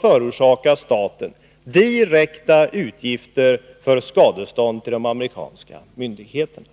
förorsaka staten direkta utgifter för skadestånd till de amerikanska myndigheterna.